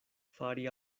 fari